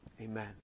Amen